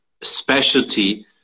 specialty